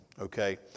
Okay